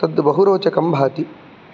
तद्बहुरोचकं भाति